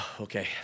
okay